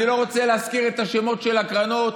אני לא רוצה להזכיר את השמות של הקרנות.